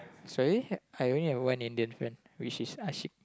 sorry I only had one Indian friend which is Ashik